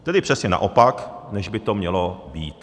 Tedy přesně naopak, než by to mělo být.